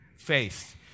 Faith